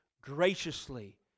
graciously